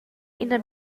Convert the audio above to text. ina